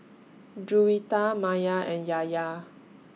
Juwita Maya and Yahya